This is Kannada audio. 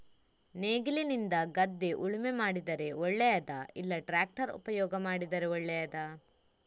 ನೇಗಿಲಿನಿಂದ ಗದ್ದೆ ಉಳುಮೆ ಮಾಡಿದರೆ ಒಳ್ಳೆಯದಾ ಇಲ್ಲ ಟ್ರ್ಯಾಕ್ಟರ್ ಉಪಯೋಗ ಮಾಡಿದರೆ ಒಳ್ಳೆಯದಾ?